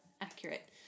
accurate